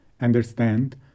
Understand